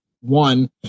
one